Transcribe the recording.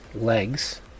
legs